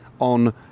on